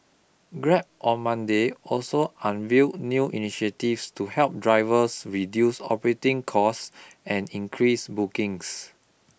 Grab on Monday also unveiled new initiatives to help drivers reduce operating costs and increase bookings